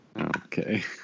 Okay